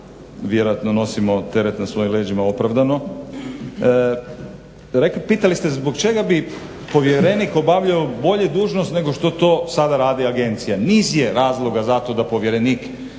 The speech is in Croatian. vjerojatno nosimo teret na svojim leđima opravdano. Pitali ste zbog čega bi povjerenik obavljao bolje dužnost nego što to sada radi agencija. Niz je razloga za to da povjerenik,